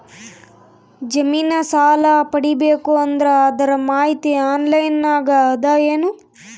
ಜಮಿನ ಸಾಲಾ ಪಡಿಬೇಕು ಅಂದ್ರ ಅದರ ಮಾಹಿತಿ ಆನ್ಲೈನ್ ನಾಗ ಅದ ಏನು?